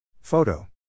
Photo